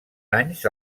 anys